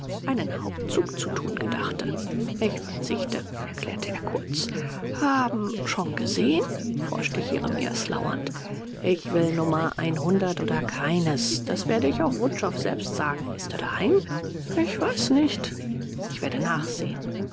einen hauptzug zu tun gedachte ich verzichte erklärte er kurz haben schon gesehen forschte jeremias lauernd ich will nummer einhundert oder keines das werde ich auch wutschow selbst sagen ist er daheim ich weiß nicht ich werde nachsehen